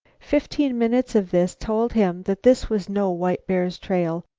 fifteen minutes of this told him that this was no white bear's trail.